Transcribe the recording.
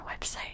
website